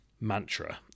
mantra